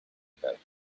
about